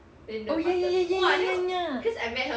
oh ya ya ya ya ya ya ya